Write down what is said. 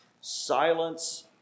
Silence